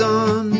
on